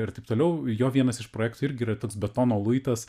ir taip toliau jo vienas iš projektų irgi yra toks betono luitas